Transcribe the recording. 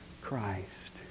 Christ